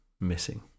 missing